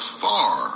far